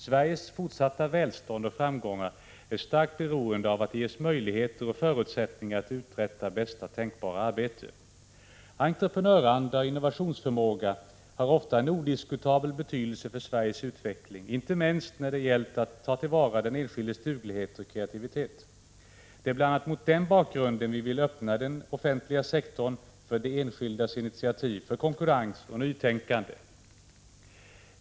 Sveriges fortsatta välstånd och framgångar är starkt beroende av att de ges möjligheter och förutsättningar att uträtta bästa tänkbara arbete. Entreprenöranda och innovationsförmåga har ofta haft en odiskutabel betydelse för Sveriges utveckling, inte minst när det gällt att ta till vara den enskildes duglighet och kreativitet. Det är bl.a. mot den bakgrunden vi vill öppna den offentliga sektorn för de enskildas initiativ, för konkurrens och nytänkande.